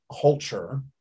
culture